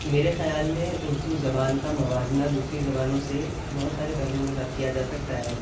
میرے خیال میں اردو زبان کا موازنہ دوسری زبانوں سے بہت سارے پہلوؤں کے ساتھ کیا جا سکتا ہے